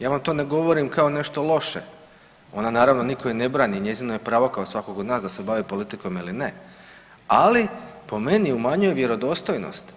Ja vam to ne govorim kao nešto loše, ona naravno i nitko joj ne brani, njezino je pravo kao svakog od nas da se bavi politikom ili, ali po meni umanjuje vjerodostojnost.